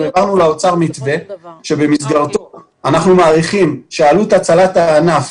העברנו לאוצר מתווה במסגרתו אנחנו מעריכים שעלות הצלת הענף